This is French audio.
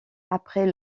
après